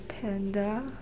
panda